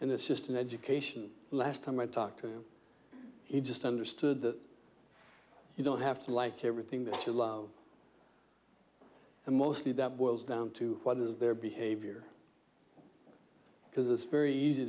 and it's just an education the last time i talked to him he just understood that you don't have to like everything that you love and mostly that boils down to what is their behavior because it's very easy